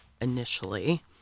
initially